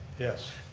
yes.